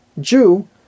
Jew